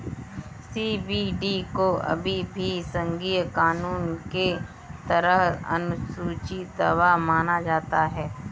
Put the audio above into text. CBD को अभी भी संघीय कानून के तहत अनुसूची दवा माना जाता है